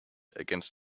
against